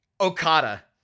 Okada